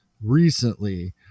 recently